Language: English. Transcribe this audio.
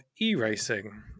e-racing